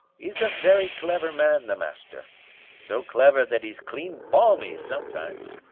e's a very clever man, the master so clever that e's clean balmy sometimes.